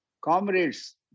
comrades